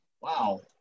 Wow